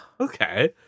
Okay